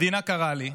המדינה קראה לי,